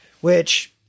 Which-